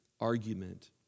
argument